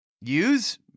use